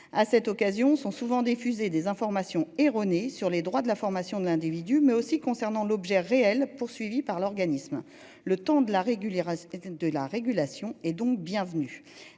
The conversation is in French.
À cette occasion sont souvent diffusé des informations erronées sur les droits de la formation de l'individu, mais aussi concernant l'objet réel poursuivi par l'organisme. Le temps de la réguler, rajouter